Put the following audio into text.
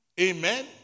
Amen